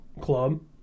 club